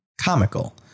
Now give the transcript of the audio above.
comical